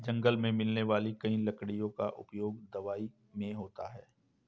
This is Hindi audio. जंगल मे मिलने वाली कई लकड़ियों का उपयोग दवाई मे होता है